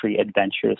adventures